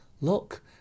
Look